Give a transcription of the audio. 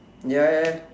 ya ya ya